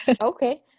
Okay